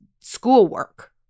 schoolwork